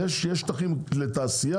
יש שטחים לתעשייה